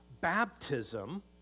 baptism